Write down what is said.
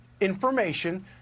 information